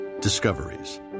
Discoveries